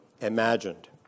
imagined